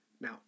Now